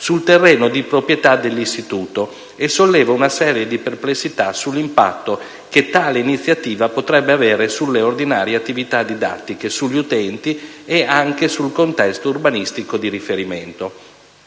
sul terreno di proprietà dell'Istituto e solleva una serie di perplessità sull'impatto che tale iniziativa potrebbe avere sulle ordinarie attività didattiche, sugli utenti e anche sul contesto urbanistico di riferimento.